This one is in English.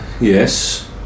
yes